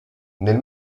nel